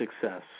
success